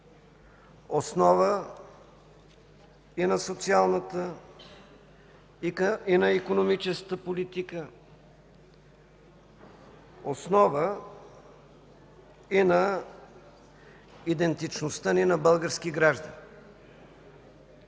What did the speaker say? основа и на социалната политика, и на икономическата политика, основа и на идентичността ни на български граждани.